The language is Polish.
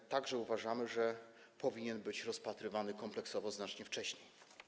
My także uważamy, że powinien być on rozpatrywany kompleksowo znacznie wcześniej.